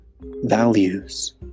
values